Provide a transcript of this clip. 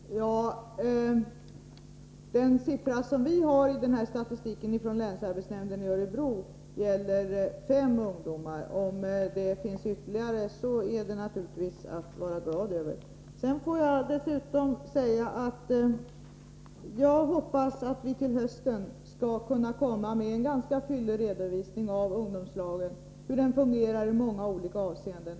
Herr talman! Den siffra som vi har i statistiken från länsarbetsnämnden i Örebro gäller fem ungdomar. Om det finns flera får man naturligtvis vara glad över det. Jag får dessutom säga att jag hoppas att vi till hösten skall kunna komma med en ganska fyllig redovisning av hur ungdomslagen fungerar i många olika avseenden.